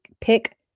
pick